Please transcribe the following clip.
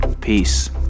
Peace